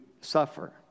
suffer